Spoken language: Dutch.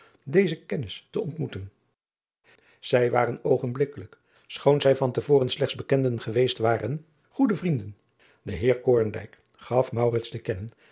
deze kennis te ontmoeten ij waren oogenblikkelijk schoon zij van te voren slechts bekenden geweest waren goede vrienden de eer gaf te kennen